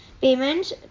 payments